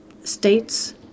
States